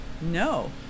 No